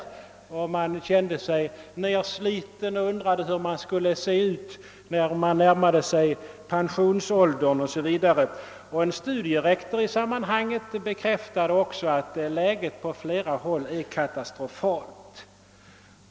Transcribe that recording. De intervjuade förklarade också att de kände sig nedslitna, och de undrade hur det skulle se ut för dem när de närmade sig pensionsåldern. En studierektor förklarade vid samma tillfälle att läget på flera håll är katastrofalt.